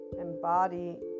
embody